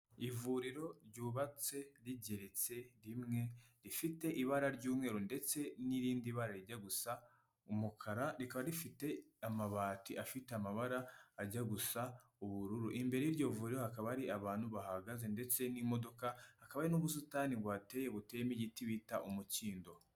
Ivuriro ryubatse rigeretse rimwe, rifite ibara ry'umweru ndetse n'irindi bara rijya gusa umukara, rikaba rifite amabati afite amabara ajya gusa ubururu, imbere y'iryo vuriro hakaba hari abantu bahahagaze ndetse n'imodoka, hakaba hari n'ubusitani buhateye buteyemo igiti bita umukindo.